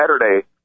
Saturday